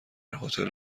هتل